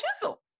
chisel